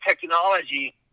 technology